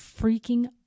freaking